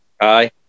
aye